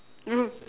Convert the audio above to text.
road